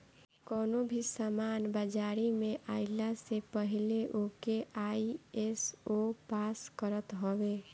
कवनो भी सामान बाजारी में आइला से पहिले ओके आई.एस.ओ पास करत हवे